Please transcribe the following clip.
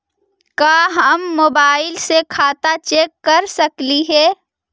का हम मोबाईल से खाता चेक कर सकली हे?